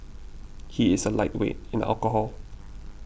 he is a lightweight in alcohol